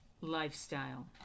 lifestyle